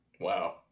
Wow